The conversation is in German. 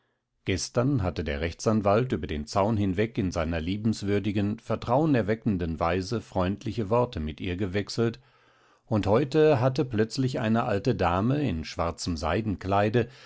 gestern hatte der rechtsanwalt über den zaun hinweg in seiner liebenswürdigen vertrauenerweckenden weise freundliche worte mit ihr gewechselt und heute hatte plötzlich eine alte dame in schwarzem